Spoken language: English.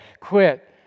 quit